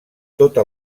tota